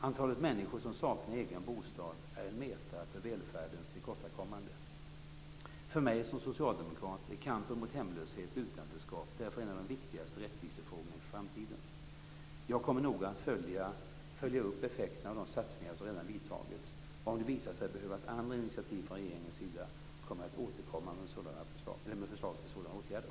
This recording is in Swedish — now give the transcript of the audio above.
Antalet människor som saknar egen bostad är en mätare på välfärdens tillkortakommande. För mig som socialdemokrat är kampen mot hemlöshet och utanförskap därför en av de viktigaste rättvisefrågorna inför framtiden. Jag kommer att noga följa upp effekterna av de satsningar som redan vidtagits. Om det visar sig behövas andra initiativ från regeringens sida, kommer jag att återkomma med förslag till sådana åtgärder.